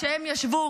כשהם ישבו